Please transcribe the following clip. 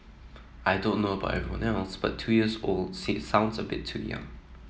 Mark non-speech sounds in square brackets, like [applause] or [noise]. I don't know about everyone else but two years old [unintelligible] sounds a bit too young